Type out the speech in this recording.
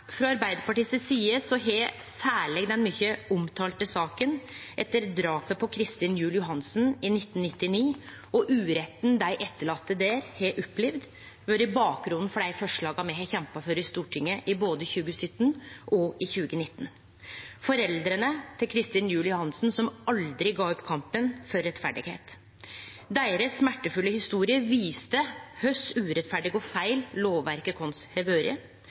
Frå Arbeidarpartiet si side har særleg den mykje omtalte saka etter drapet på Kristin Juel Johannessen i 1999 og uretten dei etterlatne der har opplevd, vore bakgrunnen for dei forslaga me har kjempa for i Stortinget i både 2017 og 2019 – foreldra til Kristin Juel Johannessen som aldri gav opp kampen for rettferd. Deira smertefulle historie viste kor urettferdig og feil lovverket vårt har vore,